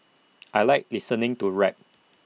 I Like listening to rap